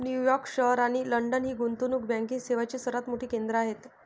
New York शहर आणि London ही गुंतवणूक बँकिंग सेवांची सर्वात मोठी केंद्रे आहेत